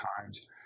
times